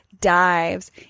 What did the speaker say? dives